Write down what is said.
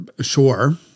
Sure